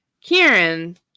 Kieran